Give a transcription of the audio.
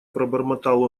пробормотал